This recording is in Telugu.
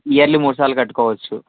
ఇయర్లీ మూడుసార్లు కట్టుకోవచ్చు